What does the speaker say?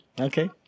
okay